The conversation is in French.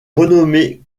renommé